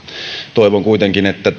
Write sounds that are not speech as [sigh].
toivon kuitenkin että [unintelligible]